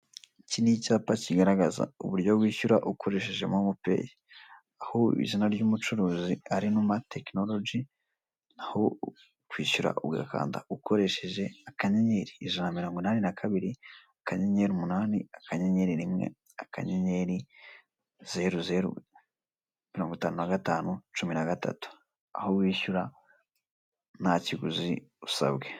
Iki ni icyapa kigaragaza uburyo wishyura ukoresheje Momo Pay, aho izina ry'umucuruzi ari INUMA TECHNOLOGY, aho kwishyura ugakanda ukoresheje akanyenyeri ijana mirongo inani na kabiri, kanyenyeri, umunani, akanyeyenyeri rimwe, akanyenyeri zeru, zeru, mirongo itanu na gatanu, cumi n'agatatu, aho wishyura nta kiguzi usabwe.